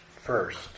First